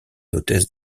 hôtesse